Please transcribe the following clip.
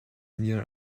near